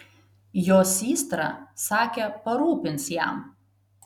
jo systra sakė parūpins jam